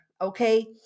Okay